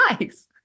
nice